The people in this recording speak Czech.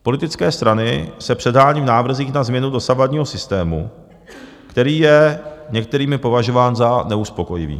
Politické strany se předhánějí v návrzích na změnu dosavadního systému, který je některými považován za neuspokojivý.